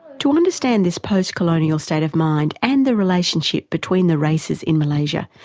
to understand this post-colonial state of mind and the relationship between the races in malaysia,